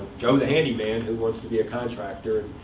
joe the handyman, who wants to be a contractor,